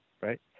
right